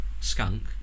skunk